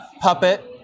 puppet